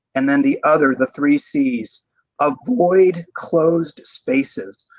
and then the other, the three c's avoid closed spaces.